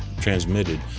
transmitted